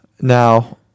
now